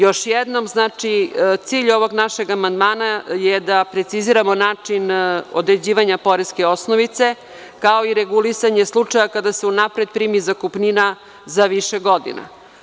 Još jednom znači, cilj ovog našeg amandmana je da preciziramo način određivanja poreske osnovice, kao i regulisanje slučajeva kada se unapred primi zakupnina za više godina.